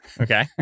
Okay